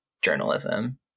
journalism